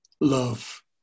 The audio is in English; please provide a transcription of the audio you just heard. Love